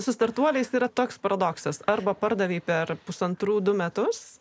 su startuoliais yra toks paradoksas arba pardavė per pusantrų du metus